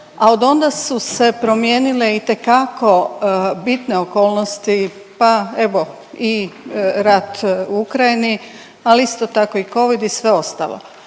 a od onda su se promijenile itekako bitne okolnosti, pa evo, i rat u Ukrajini, ali isto tako i covid i sve ostalo.